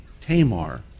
Tamar